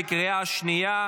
בקריאה שנייה.